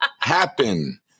happen